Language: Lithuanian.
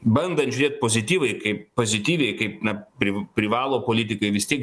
bandant žiūrėt pozityvai kaip pozityviai kaip na pri privalo politikai vis tik